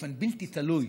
באופן בלתי תלוי.